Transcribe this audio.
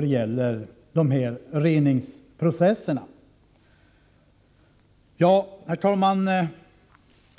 det gäller de här reningsprocesserna. Herr talman!